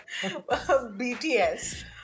BTS